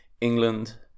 England